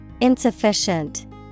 Insufficient